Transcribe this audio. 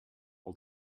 all